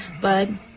Bud